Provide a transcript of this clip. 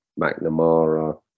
McNamara